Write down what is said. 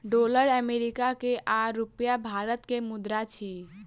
dollar America के आ रूपया भारत के मुद्रा अछि